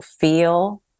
feel